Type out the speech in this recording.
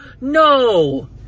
No